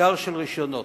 משטר של רשיונות.